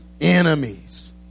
enemies